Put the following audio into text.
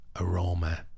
aroma